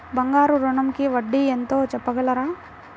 బంగారు ఋణంకి వడ్డీ ఎంతో చెప్పగలరా?